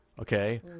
Okay